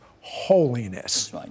holiness